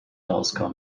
auskommt